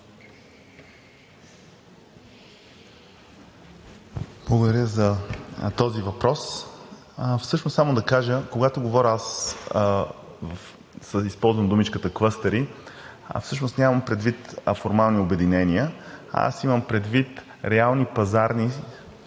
Благодаря за този въпрос. Всъщност само да кажа. Когато говоря, аз използвам думичката „клъстери“, всъщност нямам предвид формални обединения. Аз имам предвид реални пазарни струпвания